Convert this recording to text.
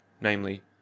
namely